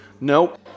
nope